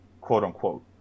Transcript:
quote-unquote